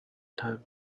time